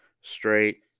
straight